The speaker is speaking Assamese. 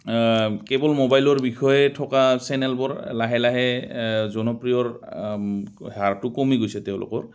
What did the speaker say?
কেৱল মোবাইলৰ বিষয়ে থকা চেনেলবোৰ লাহে লাহে জনপ্ৰিয়ৰ হাৰটো কমি গৈছে তেওঁলোকৰ